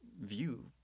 view